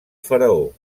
faraó